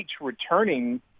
returning